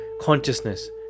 consciousness